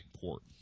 port